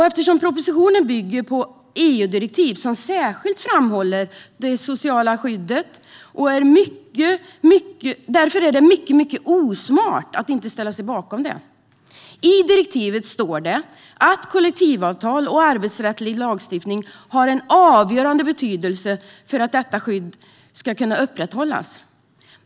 Eftersom propositionen bygger på ett EU-direktiv som särskilt framhåller det sociala skyddet är det mycket osmart att inte ställa sig bakom det. I direktivet står det att kollektivavtal och arbetsrättslig lagstiftning har en avgörande betydelse för att detta skydd ska kunna upprätthållas.